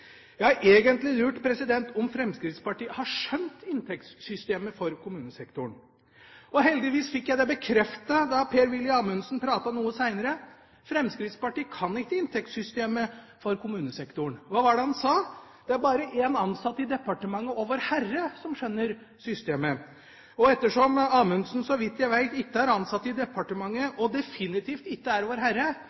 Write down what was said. Jeg har egentlig lurt på om Fremskrittspartiet har skjønt inntektssystemet for kommunesektoren. Heldigvis fikk jeg det bekreftet da Per-Willy Amundsen pratet noe seinere: Fremskrittspartiet kan ikke inntektssystemet for kommunesektoren. Hva var det han sa? Det er bare en ansatt i departementet og Vårherre som skjønner systemet. Ettersom Amundsen, så vidt jeg vet, ikke er ansatt i departementet og definitivt ikke er